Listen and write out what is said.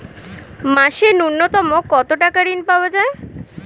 মাসে নূন্যতম কত টাকা ঋণ পাওয়া য়ায়?